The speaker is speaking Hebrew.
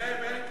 זה זאב אלקין.